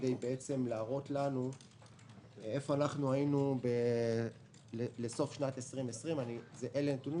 כדי להראות לנו איפה היינו לקראת סוף שנת 2020. אלה הנתונים